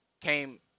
came